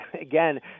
again